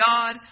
God